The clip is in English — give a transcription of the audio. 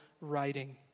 writing